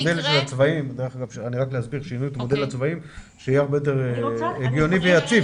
מודל הצבעים שיהיה הרבה יותר הגיוני ויציב.